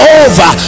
over